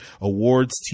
awards